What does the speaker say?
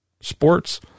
sports